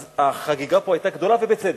אז החגיגה פה היתה גדולה, ובצדק.